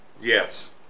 yes